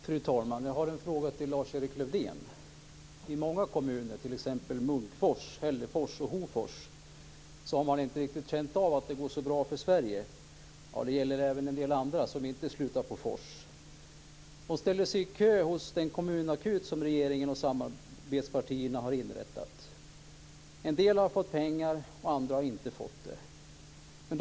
Fru talman! Jag har en fråga till Lars-Erik Lövdén. I många kommuner, t.ex. Munkfors, Hällefors och Hofors, har man inte riktigt känt av att det går så bra för Sverige. Det gäller även en del andra som inte slutar på fors. De ställer sig i kö hos den kommunakut som regeringen och samarbetspartierna har inrättat. En del har fått pengar, och andra har inte fått det.